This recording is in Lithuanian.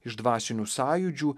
iš dvasinių sąjūdžių